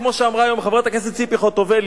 כמו שאמרה היום חברת הכנסת ציפי חוטובלי